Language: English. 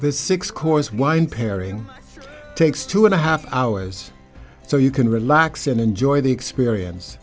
the six course wine pairing takes two and a half hours so you can relax and enjoy the experience